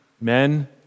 men